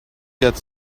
get